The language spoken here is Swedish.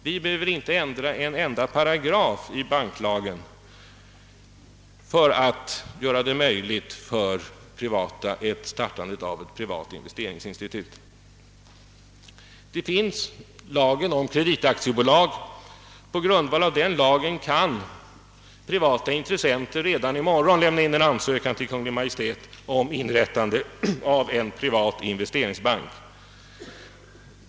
Vi behöver inte ändra en enda paragraf i banklagen för att möjliggöra startandet av ett privat investeringsinstitut. På grundval av lagen om kreditaktiebolag kan privata intressenter redan i morgon lämna in en ansökan till Kungl. Maj:t om inrättande av en privat investeringsbank.